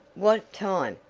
what time?